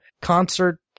concert